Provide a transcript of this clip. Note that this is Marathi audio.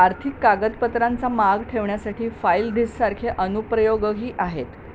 आर्थिक कागदपत्रांचा माग ठेवण्यासाठी फाईल डिशसारखे अनुप्रयोगही आहेत